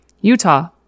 Utah